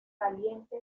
valiente